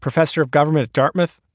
professor of government at dartmouth,